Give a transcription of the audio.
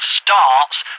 starts